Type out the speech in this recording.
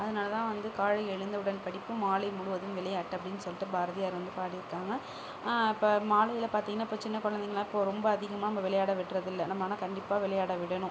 அதனால தான் வந்து காலை எழுந்தவுடன் படிப்பு மாலை முழுவதும் விளையாட்டு அப்படின் சொல்லிட்டு பாரதியார் வந்து பாடி இருக்காங்க இப்போ மாலையில் பார்த்தீங்கன்னா இப்போ சின்ன குழந்தைங்க எல்லாம் இப்போ ரொம்ப அதிகமாக நம்ப விளையாட விட்றதில்லை நம்ம ஆனால் கண்டிப்பாக விளையாட விடணும்